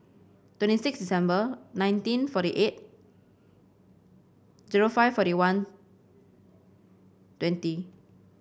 twenty six December nineteen forty eight zero five forty one twenty